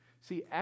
See